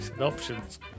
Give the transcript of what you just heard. options